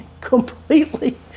completely